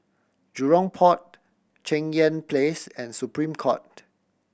Jurong Port Cheng Yan Place and Supreme Court